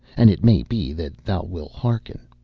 and it may be that thou wilt hearken.